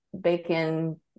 bacon